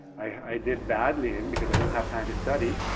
i did badly in, because i didn't have time to study,